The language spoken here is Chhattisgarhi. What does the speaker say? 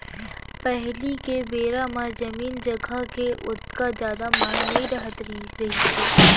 पहिली के बेरा म जमीन जघा के ओतका जादा मांग नइ रहत रहिस हे